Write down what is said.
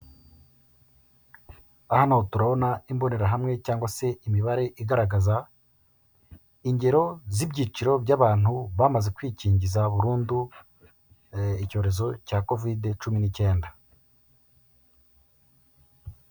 Hano turabona imbonerahamwe cyangwa se imibare igaragaza ingero z'ibyiciro by'abantu bamaze kwikingiza burundu icyorezo cya Kovide cumi n'icyenda.